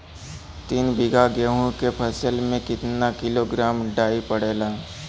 तीन बिघा गेहूँ के फसल मे कितना किलोग्राम डाई पड़ेला?